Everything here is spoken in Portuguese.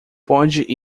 pode